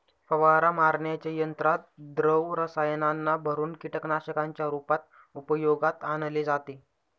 फवारा मारण्याच्या यंत्रात द्रव रसायनांना भरुन कीटकनाशकांच्या रूपात उपयोगात आणले जाते